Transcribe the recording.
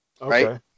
right